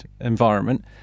environment